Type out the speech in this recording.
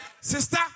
sister